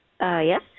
Yes